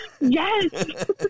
Yes